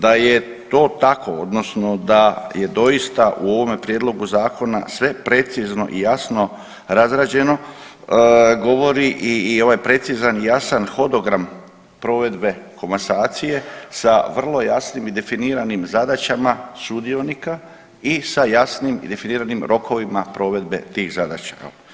Da je to tako odnosno da je dosta u ovome prijedlogu zakona sve precizno i jasno razrađeno govori i ovaj precizan i jasan hodogram provedbe komasacije sa vrlo jasnim i definiranim zadaćama sudionika i sa jasnim i definiranim rokovima provedbe tih zadaća.